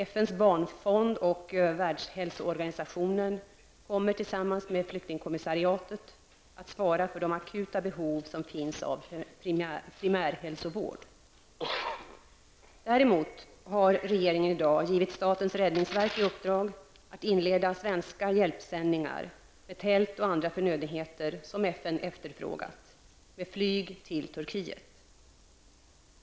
FNs barnfond och Världshälsoorganisationen kommer, tillsammans med flyktingkommissariatet, att svara för de akuta behov som finns av primärhälsovård. Däremot har regeringen i dag givit statens räddningsverk i uppdrag att inleda svenska hjälpsändningar, med tält och andra förnödenheter som FN efterfrågat, med flyg till Turkiet.